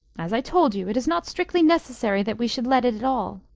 as i told you, it is not strictly necessary that we should let it at all.